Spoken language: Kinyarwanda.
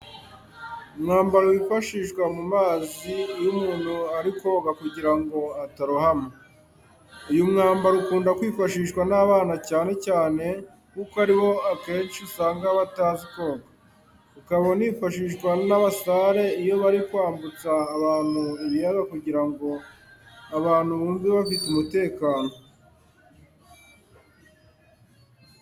Umwambaro wifashishwa mu mazi iyo umuntu ari koga kugira ngo atarohama. Uyu mwambaro ukunda kwifashishwa n'abana cyane cyane kuko aribo akenshi usanga batazi koga, ukaba unifashishwa n'abasare iyo bari kwambutsa abantu ibiyaga kugira ngo abantu bumve bafite umutekano.